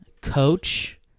coach